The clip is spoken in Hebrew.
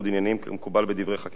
כמקובל בדברי חקיקה אחרים.